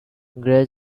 grey